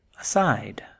aside